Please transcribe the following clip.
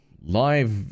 live